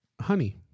Honey